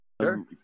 Sure